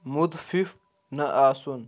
مُتفِف نہٕ آسُن